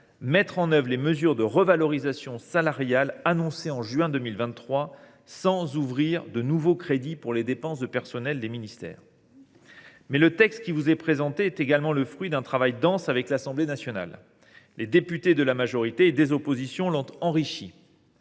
mettre en œuvre les mesures de revalorisations salariales annoncées en juin 2023 sans ouvrir de nouveaux crédits pour les dépenses de personnel des ministères. Le texte qui vous est présenté est également le fruit d’un travail dense avec l’Assemblée nationale. Les députés de la majorité et des oppositions l’ont enrichi.